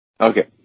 Okay